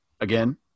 again